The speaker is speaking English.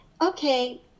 okay